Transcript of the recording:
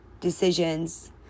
decisions